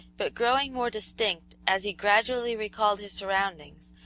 but growing more distinct as he gradually recalled his surroundings,